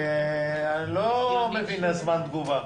זה לא עניין של זמן תגובה.